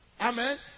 Amen